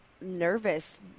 nervous